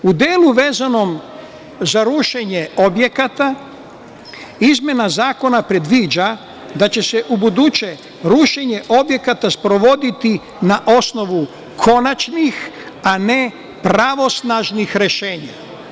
U delu vezanom za rušenje objekata izmena zakona predviđa da će se ubuduće rušenje objekata sprovoditi na osnovu konačnih, a ne pravosnažnih rešenja.